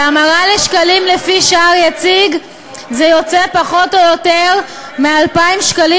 בהמרה לשקלים לפי שער יציג זה פחות או יותר 2,000 שקלים